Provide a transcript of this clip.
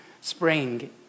spring